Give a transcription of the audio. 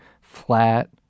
flat